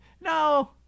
No